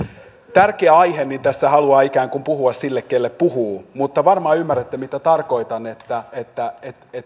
tärkeä aihe niin tässä haluaa ikään kun puhua sille jolle puhuu varmaan ymmärrätte mitä tarkoitan että